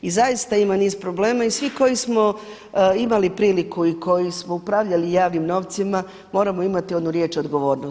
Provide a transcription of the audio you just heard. I zaista ima niz problema i svi koji smo imali priliku i koji smo upravljali javnim novcima moramo imati onu riječ odgovornost.